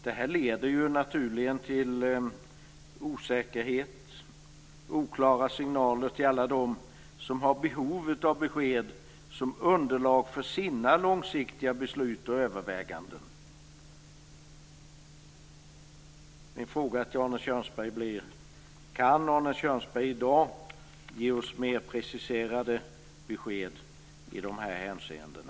Det här leder naturligen till osäkerhet och oklara signaler till alla dem som har behov av besked som underlag för sina långsiktiga beslut och överväganden. Min fråga till Arne Kjörnsberg blir: Kan Arne Kjörnsberg i dag ge oss mer preciserade besked i de här hänseendena?